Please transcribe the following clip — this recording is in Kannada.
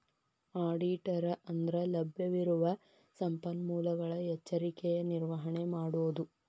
ಆಡಿಟರ ಅಂದ್ರಲಭ್ಯವಿರುವ ಸಂಪನ್ಮೂಲಗಳ ಎಚ್ಚರಿಕೆಯ ನಿರ್ವಹಣೆ ಮಾಡೊದು